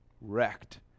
wrecked